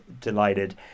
delighted